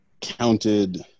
Counted